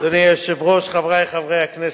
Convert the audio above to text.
אדוני היושב-ראש, חברי חברי הכנסת,